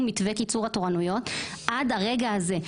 מתווה קיצור התורנויות עד הרגע הזה,